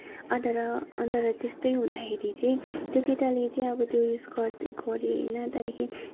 अनि तर अनि त्यहाँबाट त्यस्तै हुँदाखेरि चाहिँ त्यो केटाले चाहिँ अब त्यो उयो स्क्वाड गऱ्यो होइन त्यहाँदेखि